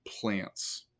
plants